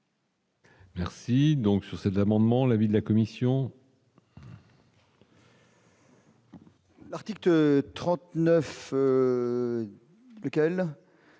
Merci donc sur cet amendement, l'avis de la commission. L'article 39, lequel